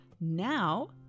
now